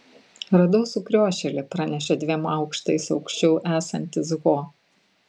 radau sukriošėlį pranešė dviem aukštais aukščiau esantis ho